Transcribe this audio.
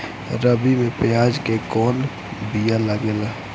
रबी में प्याज के कौन बीया लागेला?